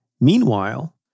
Meanwhile